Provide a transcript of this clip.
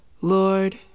Lord